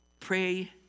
Pray